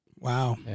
wow